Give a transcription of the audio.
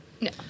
No